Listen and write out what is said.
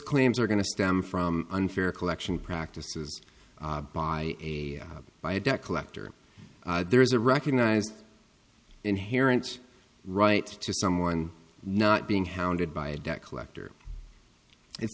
claims are going to stem from unfair collection practices by a by a debt collector there is a recognized inherent right to someone not being hounded by a debt collector it's